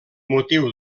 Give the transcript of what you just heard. motiu